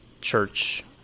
church